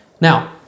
Now